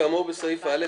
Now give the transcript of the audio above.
כאמור בסעיף קטן (א),